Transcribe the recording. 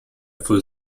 full